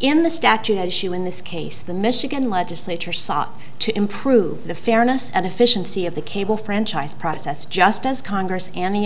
in the statute as you in this case the michigan legislature sought to improve the fairness and efficiency of the cable franchise process just as congress and the